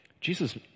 Jesus